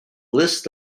list